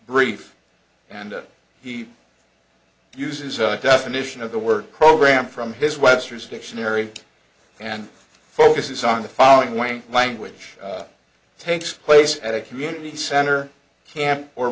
brief and he uses a definition of the word program from his webster's dictionary and focuses on the following language takes place at a community center camp or